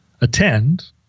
attend